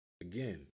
Again